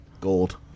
gold